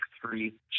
three